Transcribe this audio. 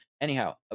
anyhow